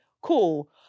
cool